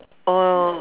orh